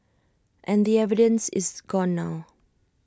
and the evidence is gone now